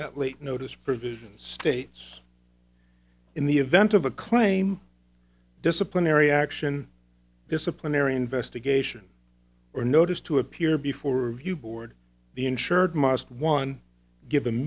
that late notice provision states in the event of a claim disciplinary action disciplinary investigation or notice to appear before you board the insured must one give